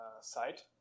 site